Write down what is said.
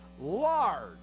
large